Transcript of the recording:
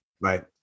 Right